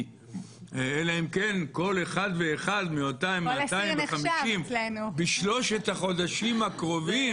אלא אם כן כל אחד ואחד מאותם 250 בשלושת החודשים הקרובים